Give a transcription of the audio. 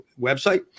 website